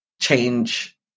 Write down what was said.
change